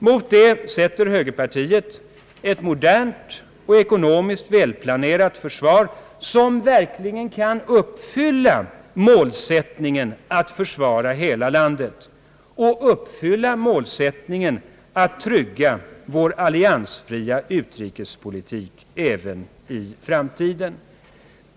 Mot detta sätter högerpartiet ett modernt och ekonomiskt välplanerat försvar, som verkligen kan uppfylla målsättningen att försvara hela landet och trygga vår alliansfria utrikespolitik även i framtiden.